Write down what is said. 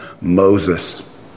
Moses